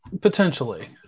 Potentially